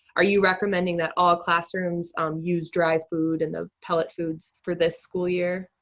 are you recommending that all classrooms um use dry food and the pellet foods for this school year?